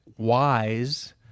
wise